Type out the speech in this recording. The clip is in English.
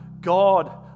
God